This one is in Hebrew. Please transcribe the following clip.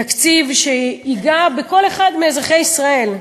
תקציב שייגע בכל אחד מאזרחי ישראל,